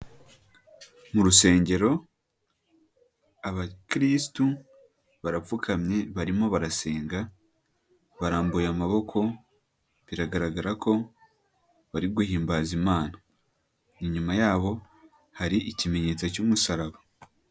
Mu rusengero abakirisitu barapfukamye barimo barasenga, barambuye amaboko biragaragara ko bari guhimbaza Imana. Inyuma yabo hari ikimenyetso cy'umusaraba.